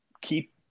Keep